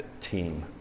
team